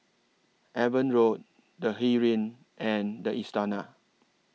Avon Road The Heeren and The Istana